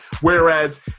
Whereas